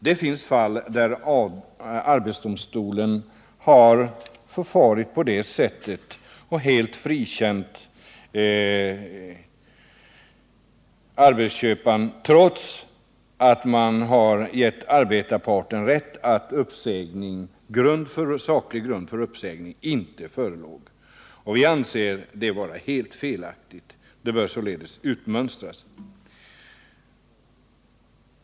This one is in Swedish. Det finns fall där arbetsdomstolen har förfarit på det sättet och helt frikänt arbetsköparen, trots att man gett arbetarparten rätt i att saklig grund för uppsägning inte förelåg. Vi anser det vara helt felaktigt. Bestämmelserna bör således utmönstras.